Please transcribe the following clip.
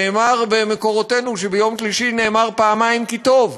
נאמר במקורותינו שביום שלישי נאמר פעמיים "כי טוב",